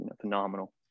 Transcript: phenomenal